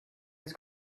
his